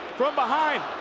from behind,